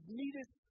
neatest